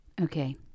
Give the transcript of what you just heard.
Okay